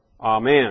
Amen